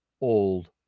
old